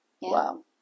Wow